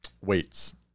weights